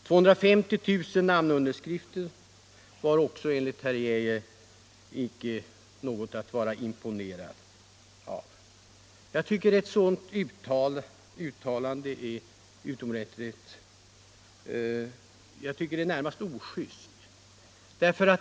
250 000 namnunderskrifter var också enligt herr Geijer inte något att bli imponerad av. Herr Geijers uttalande är närmast ojust.